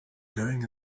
going